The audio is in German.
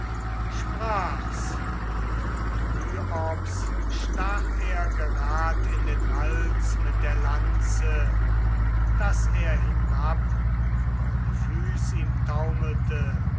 sprach's und dryops stach er gerad in den hals mit der lanze daß er hinab vor die füß ihm